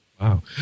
Wow